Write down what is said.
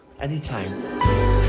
Anytime